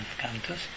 cantos